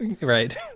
right